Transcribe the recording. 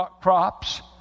crops